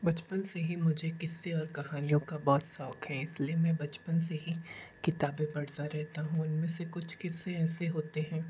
बचपन से ही मुझे किस्से और कहानियों का बहुत शौक़ है इसलिए मैं बचपन से ही किताबें पढ़सा रहता हूँ उनमें से कुछ क़िस्से ऐसे होते हैं